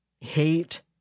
hate